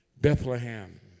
Bethlehem